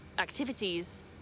Activities